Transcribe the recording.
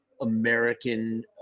American